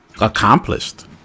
accomplished